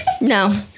no